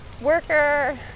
worker